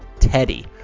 Teddy